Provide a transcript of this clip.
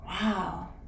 Wow